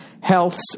Health's